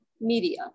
Media